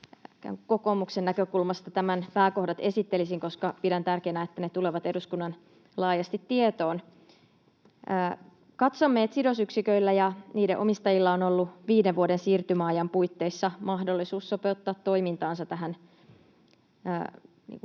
kokoomuksen näkökulmasta tämän pääkohdat esittelisin, koska pidän tärkeänä, että ne tulevat laajasti eduskunnan tietoon. Katsomme, että sidosyksiköillä ja niiden omistajilla on ollut viiden vuoden siirtymäajan puitteissa mahdollisuus sopeuttaa toimintaansa tähän pian